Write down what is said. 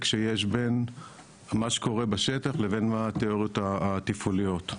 שיש בין מה שקורה בשטח לבין התיאוריות התפעוליות.